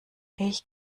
ich